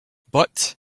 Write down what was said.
but